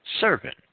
servant